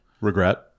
Regret